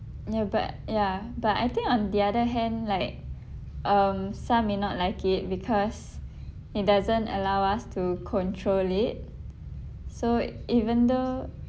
ya but ya but I think on the other hand like um some may not like it because it doesn't allow us to control it so even though